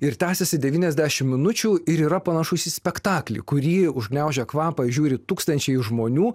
ir tęsiasi devyniasdešim minučių ir yra panašus į spektaklį kurį užgniaužę kvapą žiūri tūkstančiai žmonių